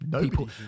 people